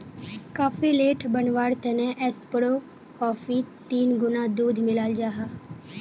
cafe latte बनवार तने espresso कोफ्फीत तीन गुणा दूध मिलाल जाहा